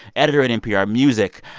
editor at npr music.